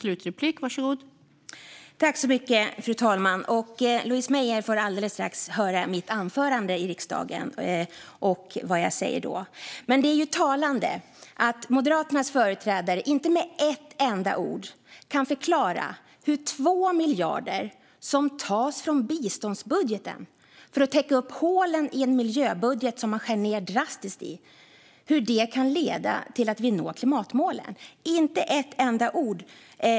Fru talman! Louise Meijer får alldeles strax höra mig hålla mitt anförande här i riksdagen och vad jag säger då. Men det är talande att Moderaternas företrädare inte med ett enda ord kan förklara hur 2 miljarder som tas från biståndsbudgeten för att täcka upp hålen i en miljöbudget som man skär drastiskt i kan leda till att vi når klimatmålen.